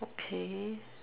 okay